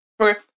Okay